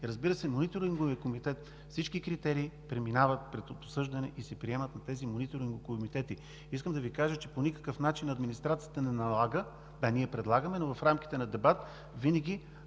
и, разбира се, Мониторинговият комитет, всички критерии минават през обсъждане и се приемат на тези мониторингови комитети. Искам да Ви кажа, че по никакъв начин администрацията не налага. Да, ние предлагаме, но в рамките на дебат винаги